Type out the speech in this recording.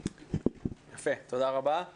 אני